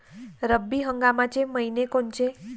रब्बी हंगामाचे मइने कोनचे?